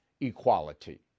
equality